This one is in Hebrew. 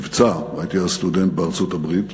המבצע, והייתי אז סטודנט בארצות-הברית,